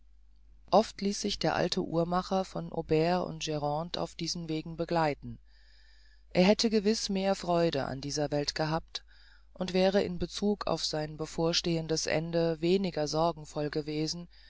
ost ließ sich der alte uhrmacher von aubert und grande auf diesen wegen begleiten er hätte gewiß mehr freude in dieser welt gehabt und wäre in bezug auf sein bevorstehendes ende weniger sorgenvoll gewesen